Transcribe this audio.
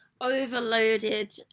overloaded